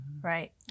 Right